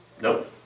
Nope